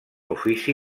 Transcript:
ofici